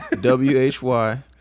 w-h-y